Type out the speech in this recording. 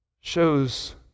shows